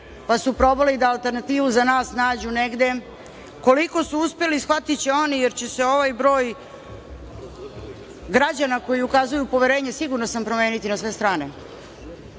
pa su probali da alternativu za nas nađu negde. Koliko su uspeli, shvatiće oni jer će se ovaj broj građana koji ukazuju poverenje, sigurna sam, promeniti na sve strane. Neki